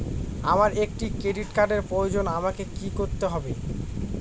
আমার একটি ক্রেডিট কার্ডের প্রয়োজন আমাকে কি করতে হবে?